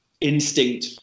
instinct